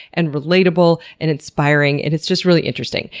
and relatable, and inspiring, and it's just really interesting.